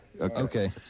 Okay